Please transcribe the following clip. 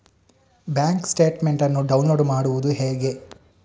Bank statement ಅನ್ನು download ಮಾಡುವುದು ಹೇಗೆ?